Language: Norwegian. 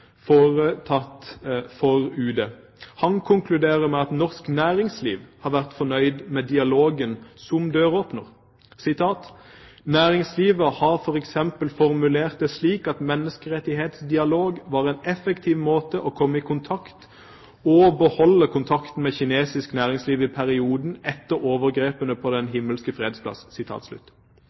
foretatt for UD. Han konkluderer med at norsk næringsliv har vært fornøyd med dialogen som døråpner. «Næringslivet har for eksempel formulert det slik at menneskerettighetsdialog var en effektiv måte å komme i kontakt med og beholde kontakten med kinesisk næringsliv i perioden etter overgrepene på Den himmelske